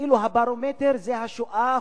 כאילו הברומטר זה השואה,